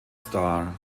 star